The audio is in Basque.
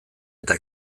eta